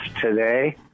today